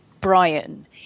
Brian